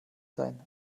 sein